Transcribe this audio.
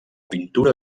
pintura